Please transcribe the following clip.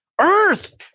Earth